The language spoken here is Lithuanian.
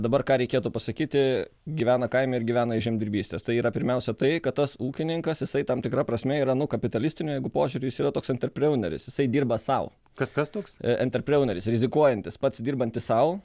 dabar ką reikėtų pasakyti gyvena kaime ir gyvena iš žemdirbystės tai yra pirmiausia tai kad tas ūkininkas jisai tam tikra prasme yra nuu kapitalistiniu jeigu požiūriu jis yra toks enterpriauneris jisai dirba sau entrpriauneris rizikuojantis pats dirbantis sau